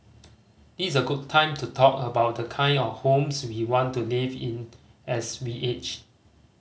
is a good time to talk about the kind of homes we want to live in as we age